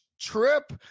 trip